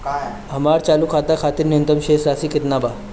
हमर चालू खाता खातिर न्यूनतम शेष राशि केतना बा?